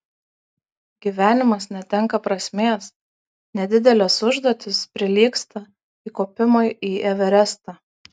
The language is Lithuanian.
gyvenimas netenka prasmės nedidelės užduotys prilygsta įkopimui į everestą